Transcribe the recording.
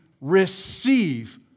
receive